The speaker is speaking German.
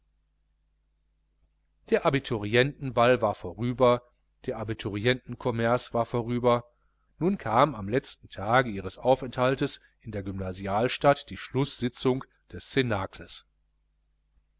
der abiturientenball war vorüber der abiturientenkommers war vorüber nun kam am letzten tage ihres aufenthaltes in der gymnasialstadt die schlußsitzung des